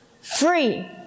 free